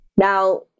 Now